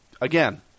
again